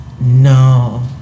no